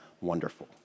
wonderful